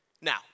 Now